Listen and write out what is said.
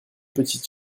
petites